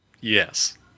Yes